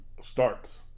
starts